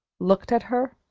looked at her,